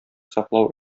саклау